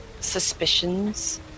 suspicions